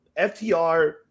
ftr